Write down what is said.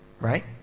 Right